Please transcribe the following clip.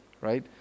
right